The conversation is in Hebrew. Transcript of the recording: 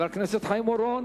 חבר הכנסת חיים אורון,